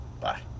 Bye